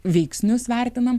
veiksnius vertinam